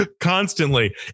constantly